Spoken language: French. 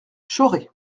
chauray